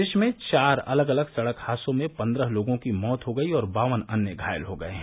प्रदेश में चार अलग अलग सड़क हादसों में पन्द्रह लोगों की मौत हो गई और बावन अन्य घायल हो गये हैं